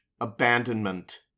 abandonment